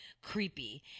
creepy